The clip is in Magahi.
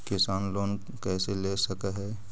किसान लोन कैसे ले सक है?